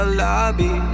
lobby